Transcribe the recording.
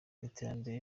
iterambere